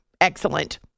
excellent